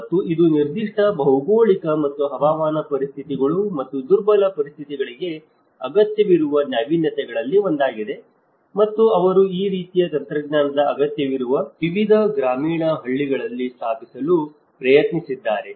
ಮತ್ತು ಇದು ನಿರ್ದಿಷ್ಟ ಭೌಗೋಳಿಕ ಮತ್ತು ಹವಾಮಾನ ಪರಿಸ್ಥಿತಿಗಳು ಮತ್ತು ದುರ್ಬಲ ಪರಿಸ್ಥಿತಿಗಳಿಗೆ ಅಗತ್ಯವಿರುವ ನಾವೀನ್ಯತೆಗಳಲ್ಲಿ ಒಂದಾಗಿದೆ ಮತ್ತು ಅವರು ಈ ರೀತಿಯ ತಂತ್ರಜ್ಞಾನದ ಅಗತ್ಯವಿರುವ ವಿವಿಧ ಗ್ರಾಮೀಣ ಹಳ್ಳಿಗಳಲ್ಲಿ ಸ್ಥಾಪಿಸಲು ಪ್ರಯತ್ನಿಸಿದ್ದಾರೆ